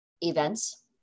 events